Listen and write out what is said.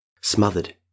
smothered